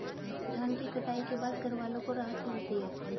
धान की कटाई के बाद घरवालों को राहत मिलती है